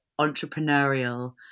entrepreneurial